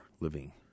living